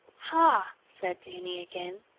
ha! said danny again.